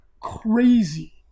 crazy